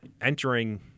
Entering